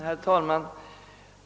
Herr talman!